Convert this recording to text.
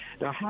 Now